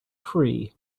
free